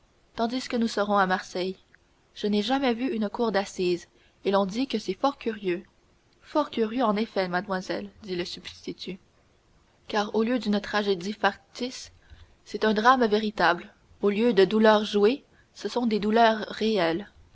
tandis que nous serons à marseille je n'ai jamais vu une cour d'assises et l'on dit que c'est fort curieux fort curieux en effet mademoiselle dit le substitut car au lieu d'une tragédie factice c'est un drame véritable au lieu de douleurs jouées ce sont des douleurs réelles